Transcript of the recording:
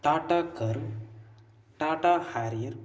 Tata Curvv Tata Harrier